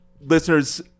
listeners